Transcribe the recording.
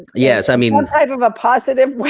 yes, i mean. some type of a positive